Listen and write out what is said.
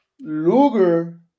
Luger